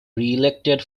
reelected